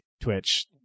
Twitch